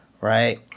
right